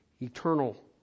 eternal